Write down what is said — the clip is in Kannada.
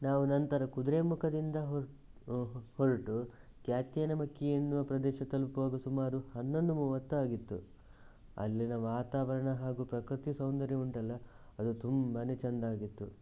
ನಾವು ನಂತರ ಕುದುರೆಮುಖದಿಂದ ಹೊರಟು ಕ್ಯಾತ್ಯಾನಮಕ್ಕಿ ಎನ್ನುವ ಪ್ರದೇಶ ತಲುಪುವಾಗ ಸುಮಾರು ಹನ್ನೊಂದು ಮೂವತ್ತು ಆಗಿತ್ತು ಅಲ್ಲಿನ ವಾತಾವರಣ ಹಾಗೂ ಪ್ರಕೃತಿ ಸೌಂದರ್ಯ ಉಂಟಲ್ಲ ಅದು ತುಂಬಾನೇ ಚೆಂದ ಆಗಿತ್ತು